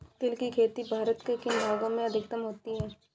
तिल की खेती भारत के किन भागों में अधिकतम होती है?